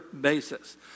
basis